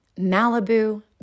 Malibu